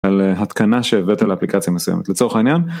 על התקנה שהבאת לאפליקציה מסוימת. לצורך העניין,